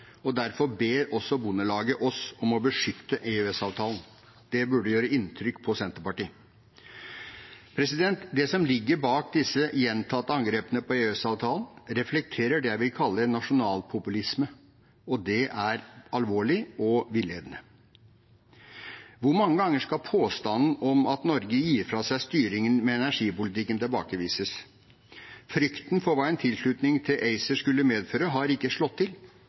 og derfor ber også Bondelaget oss om å beskytte EØS-avtalen. Det burde gjøre inntrykk på Senterpartiet. Det som ligger bak disse gjentatte angrepene på EØS-avtalen, reflekterer det jeg vil kalle en nasjonalpopulisme, og det er alvorlig og villedende. Hvor mange ganger skal påstanden om at Norge gir fra seg styringen med energipolitikken, tilbakevises? Frykten for hva en tilslutning til ACER skulle medføre, har ikke slått til,